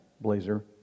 blazer